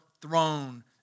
throne